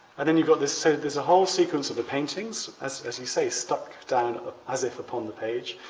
and then you've got this so this whole sequence of the paintings as as you say stuck down as if upon the page.